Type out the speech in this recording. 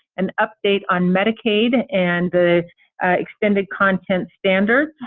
an update on medicaid and extended content standards.